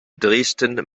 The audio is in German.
dresden